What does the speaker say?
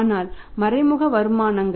ஆனால் மறைமுக வருமானங்கள்